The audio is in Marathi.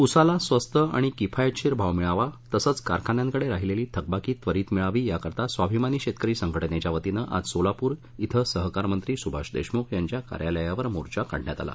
ऊसाला स्वस्त आणि किफायतशीर भाव मिळावा तसंच कारखान्यांकडे राहिलेली थकबाबी त्वरीत मिळावी याकरता स्वाभिमानी शेतकरी संघटनेच्या वतीनं आज सोलापूर धिं सहकारमंत्री सूभाष देशमूख यांच्या कार्यालयावर मोर्चा काढण्यात आला